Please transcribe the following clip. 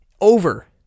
over